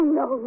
no